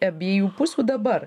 abiejų pusių dabar